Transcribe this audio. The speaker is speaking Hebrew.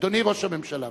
אדוני ראש הממשלה,